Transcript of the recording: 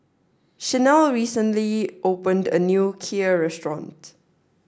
Sharlene recently opened a new Kheer restaurant